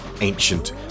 ancient